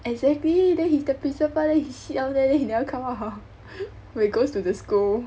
exactly then he's the principle then he sit down there then he never come out when it goes to the school